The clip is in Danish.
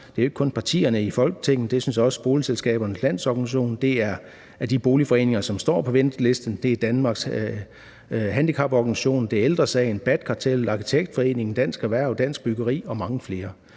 Det er ikke kun partierne i Folketinget, det er sådan set også Boligselskabernes Landsorganisation. Det er de boligforeninger, som står på ventelisten. Det er Danmarks Handicaporganisationer, det er Ældre Sagen, BAT-kartellet, Arkitektforeningen, Dansk Erhverv, Dansk Byggeri og mange flere.